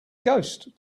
ghost